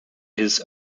his